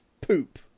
poop